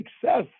success